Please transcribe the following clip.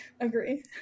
Agree